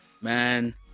Man